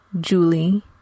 Julie